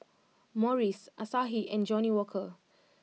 Morries Asahi and Johnnie Walker